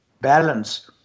balance